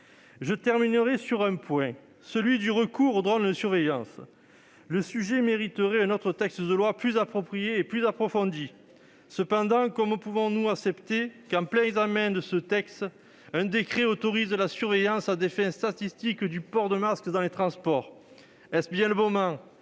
Je terminerai en évoquant le recours aux drones de surveillance. Ce sujet mériterait un autre texte, plus approprié et plus approfondi. Donc, comment pouvons-nous accepter que, en plein examen de ce texte, un décret autorise par ailleurs la surveillance à des fins statistiques du port du masque dans les transports ? Est-ce bien le moment ?